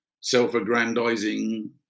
self-aggrandizing